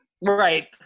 Right